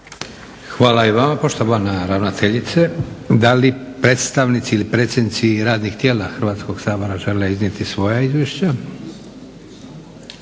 Hvala i vama poštovana ravnateljice. Da li predstavnici ili predsjednici radnih tijela Hrvatskog sabora žele iznijeti svoja izvješća?